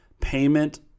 payment